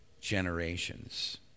generations